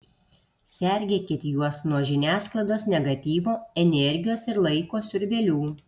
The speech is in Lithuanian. sergėkit juos nuo žiniasklaidos negatyvo energijos ir laiko siurbėlių